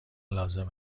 لازم